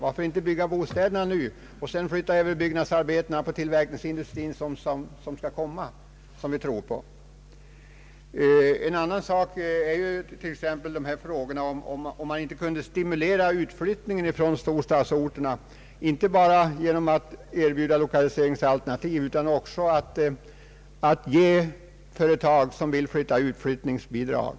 Varför inte bygga bostäderna nu, och sedan flytta över byggnadsarbetarna till den tillverkningsindustri som vi tror skall komma? En annan sak är om man inte kunde stimulera utflyttning från de stora städerna, inte bara genom att erbjuda 1okaliseringsalternativ utan också genom att ge flyttningsbidrag till företag som vill flytta ut.